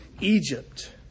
Egypt